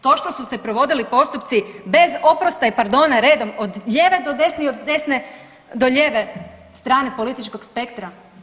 To što su se provodili postupci bez oprosta i pardona redom od lijeve do desne i od desne do lijeve strane političkog spektra.